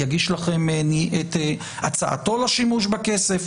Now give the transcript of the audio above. יגיש לכם את הצעתו לשימוש בכסף.